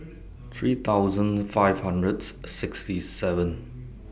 three thousand five hundred sixty seven